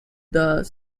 the